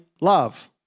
love